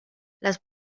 las